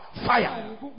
fire